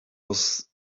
was